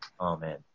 Amen